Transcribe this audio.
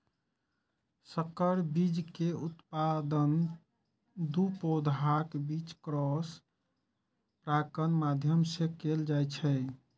संकर बीज के उत्पादन दू पौधाक बीच क्रॉस परागणक माध्यम सं कैल जाइ छै